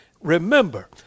Remember